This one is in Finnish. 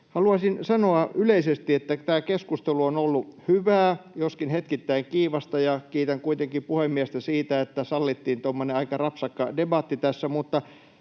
haluaisin sanoa yleisesti, että tämä keskustelu on ollut hyvää, joskin hetkittäin kiivasta, ja kiitän kuitenkin puhemiestä siitä, että sallittiin tässä